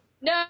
No